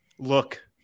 look